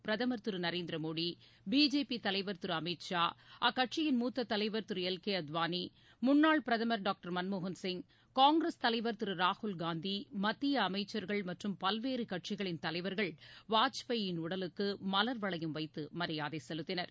பிரதுர் திரு நரேந்திர மோடி பிஜேபி தலைவர் திரு அமித் ஷா அக்கட்சியின் மூத்த தலைவர் திரு எல் கே அத்வானி முன்னாள் பிரதமர் டாக்டர் மன்மோகன் சிங் காங்கிரஸ் தலைவர் திரு ராகுல் காந்தி மத்திய அமைச்சர்கள் மற்றும் பல்வேறு கட்சிகளின் தலைவர்கள் வாஜ்பாய் உடலுக்கு மலர் வளையம் வைத்து மரியாதை செலுத்தினர்